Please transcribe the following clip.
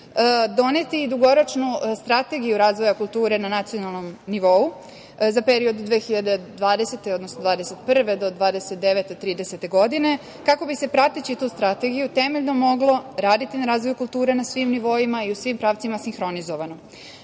doneti dugoročnu strategiju razvoja kulture na nacionalnom nivou za period 2020/21. do 2029/30. godine, kako bi se prateći tu strategiju temeljno moglo raditi na razvoju kulture na svim nivoima i svim pravcima sinhronizovano. Na